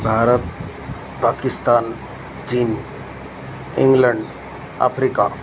भारत पाकिस्तान चीन England Africa